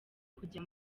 kujya